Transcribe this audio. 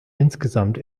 insgesamt